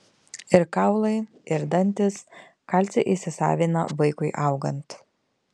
ir kaulai ir dantys kalcį įsisavina vaikui augant